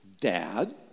Dad